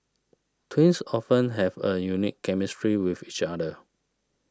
twins often have a unique chemistry with each other